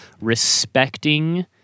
Respecting